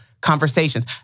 conversations